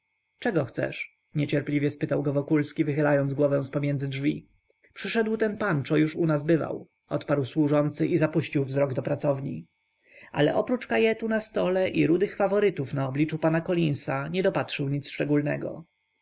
czego chcesz niecierpliwie zapytał go wokulski wychylając głowę z pomiędzy drzwi przyszedł ten pan czo już u nas bywał odparł służący i zapuścił wzrok do pracowni ale oprócz kajetu na stole i rudych faworytów na obliczu pana colinsa nie dopatrzył nic szczególnego